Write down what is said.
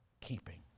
keeping